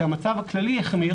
שהמצב הכללי החמיר,